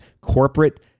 corporate